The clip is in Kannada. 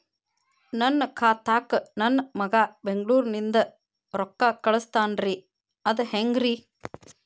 ನನ್ನ ಖಾತಾಕ್ಕ ನನ್ನ ಮಗಾ ಬೆಂಗಳೂರನಿಂದ ರೊಕ್ಕ ಕಳಸ್ತಾನ್ರಿ ಅದ ಹೆಂಗ್ರಿ?